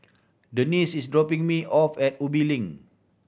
Denise is dropping me off at Ubi Link